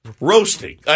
roasting